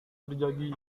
terjadi